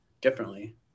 differently